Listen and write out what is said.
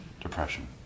depression